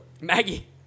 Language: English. Maggie